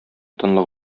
тынлык